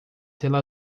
tela